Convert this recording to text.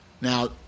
Now